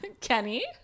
Kenny